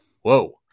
whoa